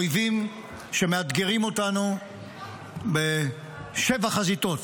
אויבים שמאתגרים אותנו בשבע חזיתות,